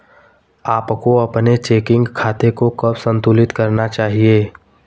आपको अपने चेकिंग खाते को कब संतुलित करना चाहिए?